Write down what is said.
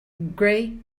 gray